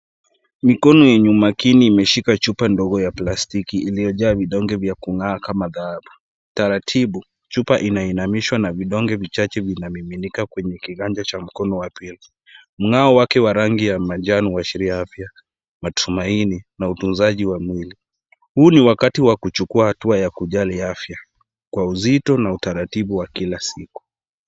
Mikono yenye umakini imeshika chupa ndogo ya plastiki ilyojaa vidonge vya kung'aa kama dhahabu. Taratibu chupa inainamishwa na vidonge vichache vinamimika kwenye kiganja cha mkono wa pili. Mng'ao wake wa rangi ya manjano huashiria afya, matumaini na utunzaji wa mwili. Huu ni wakati wa kuchukua hatua ya kujali afya kwa uzito na utaratibu wa kila siku.